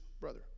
brother